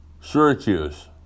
Syracuse